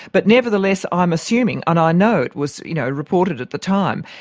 but nevertheless i'm assuming, and i know it was you know reported at the time,